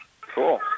cool